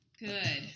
good